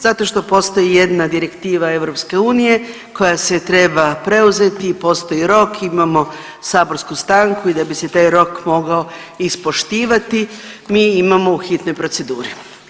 Zato što postoji jedna direktiva EU koja se treba preuzeti, postoji rok, imamo saborsku stanku i da bi se taj rok mogao ispoštivati mi imamo u hitnoj proceduri.